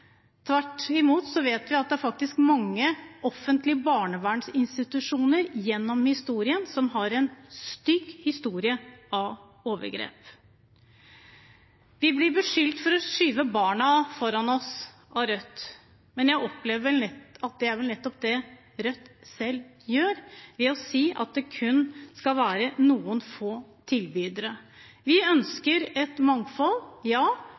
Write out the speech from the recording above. Tvert imot vet vi faktisk at mange offentlige barnevernsinstitusjoner gjennom historien har en stygg historie av overgrep. Vi blir beskyldt av Rødt for å skyve barna foran oss, men jeg opplever at det er det Rødt selv gjør ved å si at det kun skal være noen få tilbydere. Vi ønsker et mangfold, ja,